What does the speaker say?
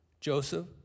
Joseph